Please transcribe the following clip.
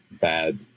bad